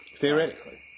Theoretically